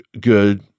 good